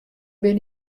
bin